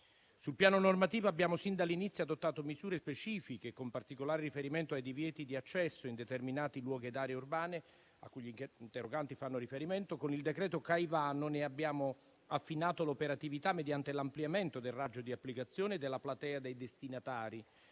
Sul piano normativo abbiamo sin dall'inizio adottato misure specifiche, con particolari riferimento ai divieti di accesso in determinati luoghi e aeree urbane, a cui gli interroganti fanno riferimento; con il decreto Caivano ne abbiamo affinato l'operatività mediante l'ampliamento del raggio di applicazione della platea dei destinatari,